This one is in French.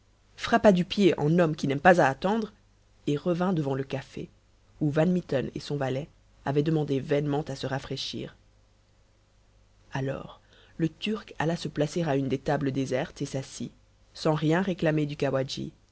frappa du pied en homme qui n'aime pas à attendre et revint devant le café où van mitten et son valet avaient demandé vainement à se rafraîchir alors le turc alla se placer à une des tables désertes et s'assit sans rien réclamer du